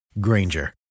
Granger